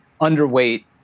underweight